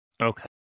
Okay